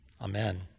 amen